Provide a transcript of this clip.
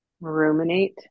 Ruminate